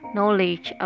knowledge